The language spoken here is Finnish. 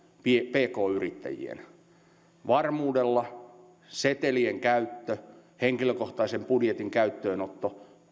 pk yrittäjien aivan varmuudella setelien käyttö henkilökohtaisen budjetin käyttöönotto